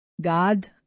God